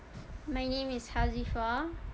my name is hazifah